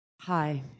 Hi